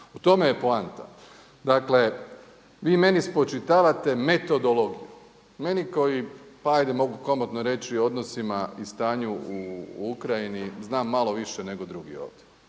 U tome je poanta. Dakle vi meni spočitavate metodologiju, meni koji pa ajde mogu komotno reći odnosima i stanju u Ukrajini znam malo više nego drugi ovdje,